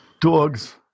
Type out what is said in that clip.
Dogs